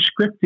scripted